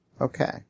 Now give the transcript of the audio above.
okay